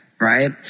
right